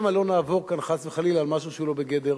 שמא לא נעבור כאן חס וחלילה על משהו שהוא לא בגדר